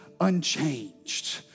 unchanged